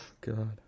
God